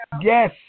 Yes